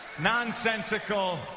nonsensical